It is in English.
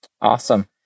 Awesome